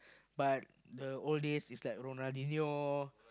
but the old days is like Ronaldinho